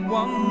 one